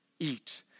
Eat